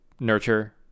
Nurture